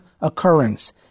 occurrence